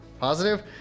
positive